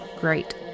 Great